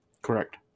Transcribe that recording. correct